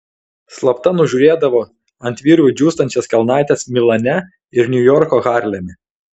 slapta nužiūrėdavo ant virvių džiūstančias kelnaites milane ir niujorko harleme